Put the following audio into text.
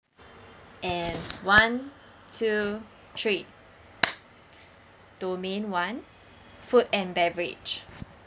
and one two three domain one food and beverage